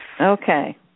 Okay